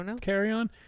carry-on